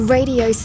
Radio